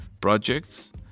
projects